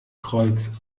kreuz